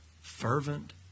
fervent